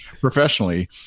professionally